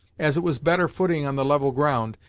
as it was better footing on the level ground,